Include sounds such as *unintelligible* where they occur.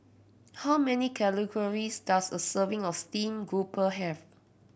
how many *unintelligible* does a serving of steamed grouper have